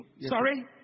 Sorry